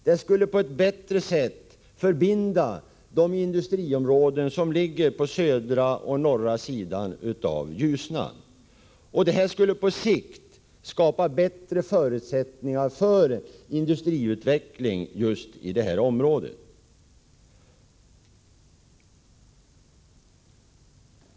Den skulle på ett bättre sätt förbinda de industriområden som ligger på södra och norra sidan av Ljusnan. Det här skulle på sikt skapa bättre förutsättningar för industriutveckling i just detta område.